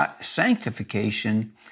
sanctification